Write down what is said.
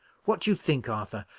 what do you think, arthur?